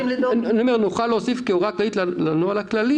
נוכל להוסיף כהוראה כללית לנוהל הכללי